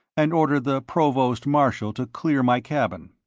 and order the provost marshall to clear my cabin,